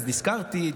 אז נזכרתי,